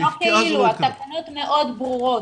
זה לא כאילו, התקנות מאוד ברורות.